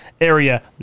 area